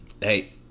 Hey